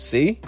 See